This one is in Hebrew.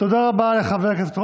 תודה רבה לחבר הכנסת רוטמן.